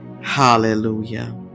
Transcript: hallelujah